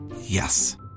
Yes